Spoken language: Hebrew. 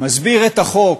מסביר את החוק.